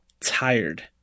tired